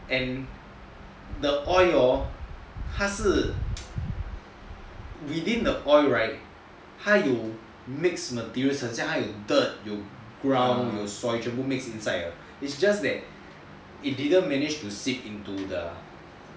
and the oil hor 他是 within the oil right 他有 mix the things like 很想他有那个有 ground 有 soil 全部 mix inside 的 it's just that it didn't manage to sip into the